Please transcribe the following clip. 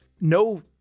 no